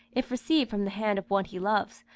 if received from the hand of one he loves,